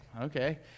okay